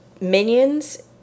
Minions